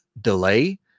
delay